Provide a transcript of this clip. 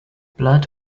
blood